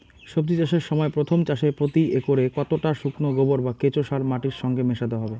সবজি চাষের সময় প্রথম চাষে প্রতি একরে কতটা শুকনো গোবর বা কেঁচো সার মাটির সঙ্গে মেশাতে হবে?